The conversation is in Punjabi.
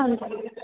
ਹਾਂਜੀ